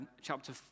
chapter